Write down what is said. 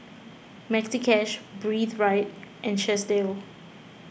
Maxi Cash Breathe Right and Chesdale